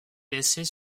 laissés